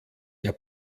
der